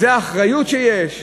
זה האחריות שיש?